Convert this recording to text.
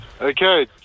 okay